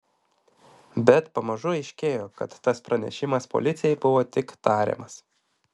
bet pamažu aiškėjo kad tas pranešimas policijai buvo tik tariamas